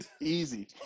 Easy